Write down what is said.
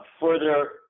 further